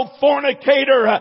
fornicator